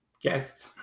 guest